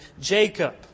Jacob